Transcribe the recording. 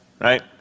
right